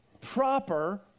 PROPER